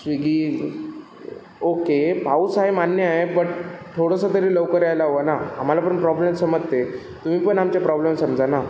Swiggy okay पाऊस आहे मान्य आहे बट थोडंसं तरी लवकर यायला हवं ना आम्हाला पण प्रॉब्लेम समजते तुम्ही पण आमचे प्रॉब्लेम समजा ना